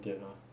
一点点 lor